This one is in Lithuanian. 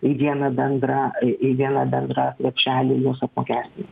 į vieną bendrą į į vieną bendrą krepšelį juos apmokestinti